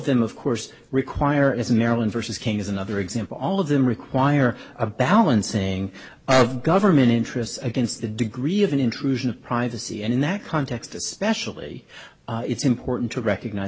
them of course require is maryland versus king is another example all of them require a balancing of government interests against the degree of an intrusion of privacy and in that context especially it's important to recognize